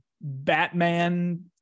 Batman